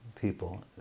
people